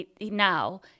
now